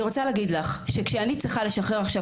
אני רוצה להגיד לך שכשאני צריכה לשחרר עכשיו